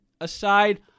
aside—